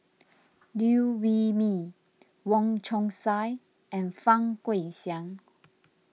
Liew Wee Mee Wong Chong Sai and Fang Guixiang